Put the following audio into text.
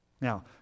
Now